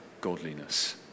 godliness